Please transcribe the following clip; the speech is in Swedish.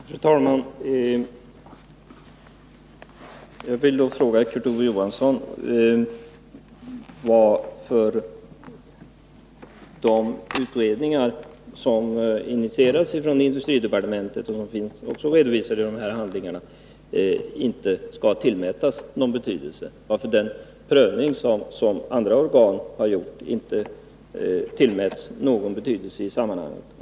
Fru talman! Jag vill då fråga Kurt Ove Johansson varför de utredningar som initierats från industridepartementet, och som också finns redovisade i dessa handlingar, inte skall tillmätas någon betydelse — varför den prövning som andra organ har gjort inte tillmäts någon betydelse i sammanhanget.